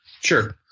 Sure